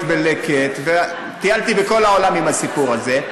ב"לקט" וטיילתי בכל העולם עם הסיפור הזה,